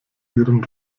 ihren